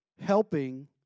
helping